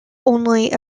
only